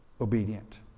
obedient